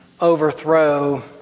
overthrow